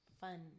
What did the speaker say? fun